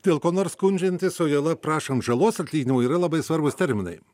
dėl ko nors skundžiantis o juolab prašant žalos atlyginimo yra labai svarbūs terminai